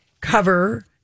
cover